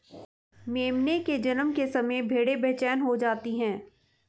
मेमने के जन्म के समय भेड़ें बेचैन हो जाती हैं